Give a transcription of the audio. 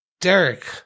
Derek